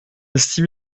six